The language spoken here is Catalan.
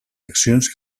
accions